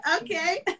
okay